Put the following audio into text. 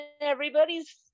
everybody's